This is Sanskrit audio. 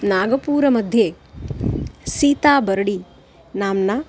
नागपुरमध्ये सीताबर्डि नाम्ना